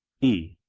e.